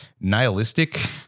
nihilistic